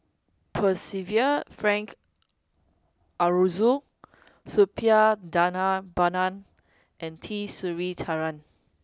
Percival Frank Aroozoo Suppiah Dhanabalan and T Sasitharan